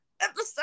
episode